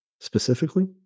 specifically